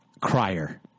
crier